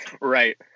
Right